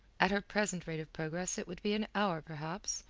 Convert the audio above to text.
at her present rate of progress it would be an hour, perhaps,